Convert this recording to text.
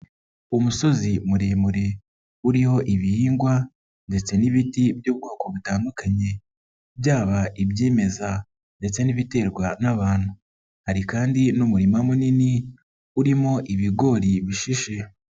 Umusozi muremure uriho ibihingwa ndetse n'ibiti by'ubwoko butandukanye, byaba ibyimeza ndetse n'ibiterwa n'abantu, hari kandi n'umurima munini urimo ibigori bishishe.